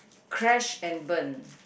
crash and burn